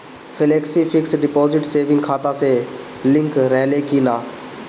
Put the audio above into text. Flexi fix deposit saving खाता से link रहले कि ना?